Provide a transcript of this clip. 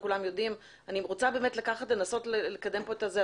אני רוצה לקדם את הדיון,